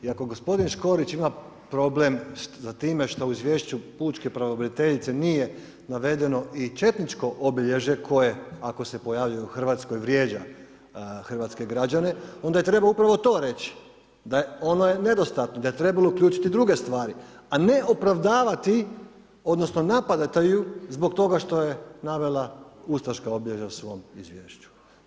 I ako gospodin Škorić ima problem za time što u Izvješću pučke pravobraniteljice nije navedeno i četničko obilježje koje, ako se pojavi u Hrvatskoj, vrijeđa hrvatske građane, onda je trebao upravo to reći, da, ono je nedostatno, da je trebalo uključiti druge stvari, a ne opravdavati odnosno napadati ju zbog toga što je navela ustaška obilježja u svom Izvješću.